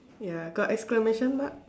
ya got exclamation mark